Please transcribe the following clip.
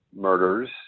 murders